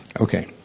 Okay